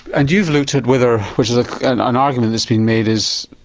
and you've looked at whether, which is ah an an argument that's been made as,